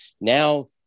now